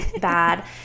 bad